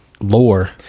lore